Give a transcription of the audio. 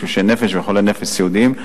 תשושי נפש וחולי נפש סיעודיים.